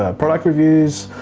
ah product reviews,